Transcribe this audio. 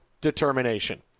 determination